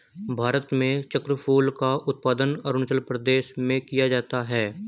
भारत में चक्रफूल का उत्पादन अरूणाचल प्रदेश में किया जाता है